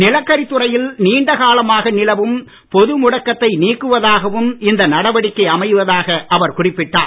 நிலக்கரித்துறையில் நீண்ட காலமாக நிலவும் பொது முடக்கத்தை நீக்குவதாகவும் இந்நடவடிக்கை அமைவதாக அவர் குறிப்பிட்டார்